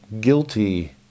guilty